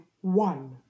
one